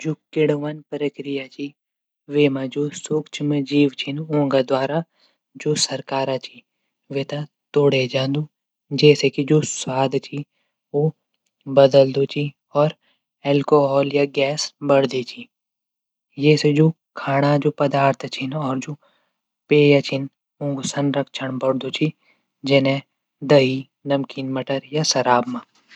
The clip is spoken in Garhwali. जू किण्वन प्रक्रिया च वेमा जू सुक्ष्म जीव छन ऊंका द्वारा जू सरकार वे थे तोडे जांदू जैसे कि जू स्वाद च उ बदलदू च एल्कोहल गैस बढदी च ये जू खाणा पदार्थ छन जू पेय छन ऊंक संरक्षण बढदू च जन दही नमकीन मटर या शराब मा।